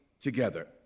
together